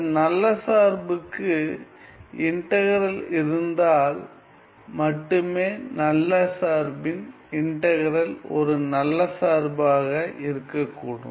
இந்த நல்ல சார்புக்கு இன்டகிறல் இருந்தால் மட்டுமே நல்ல சார்பின் இன்டகிறல் ஒரு நல்ல சார்பாக இருக்கக்கூடும்